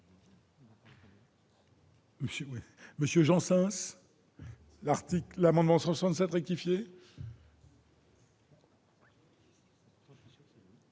Monsieur Janssens, l'amendement n° 167 rectifié